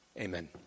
Amen